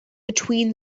between